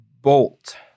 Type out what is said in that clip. Bolt